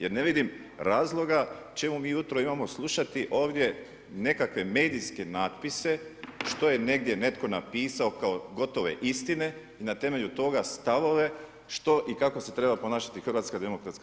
Jer ne vidim razloga čemu mi ujutro imamo slušati ovdje nekakve medijske natpise što je negdje netko napisao kao gotove istine i na temelju toga stavove što i kako se treba ponašati HDZ.